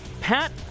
Pat